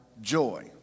joy